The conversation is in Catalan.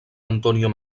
antonio